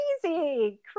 crazy